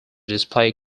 display